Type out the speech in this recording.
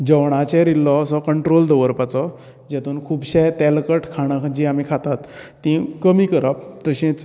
जेवणाचेर इल्लोसो कंट्रोल दवरपाचो जेतून खुबशे तेलकट खाणां जी आमी खातात तीं कमी करप तशेंच